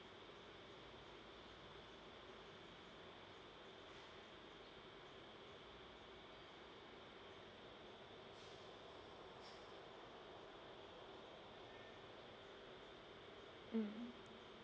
mm